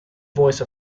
voice